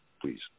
please